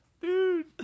dude